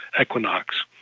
equinox